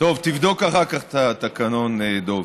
תבדוק אחר כך את התקנון, דב.